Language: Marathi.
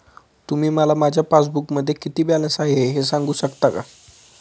तुम्ही मला माझ्या पासबूकमध्ये किती बॅलन्स आहे हे सांगू शकता का?